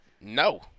No